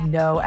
no